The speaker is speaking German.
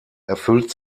erfüllt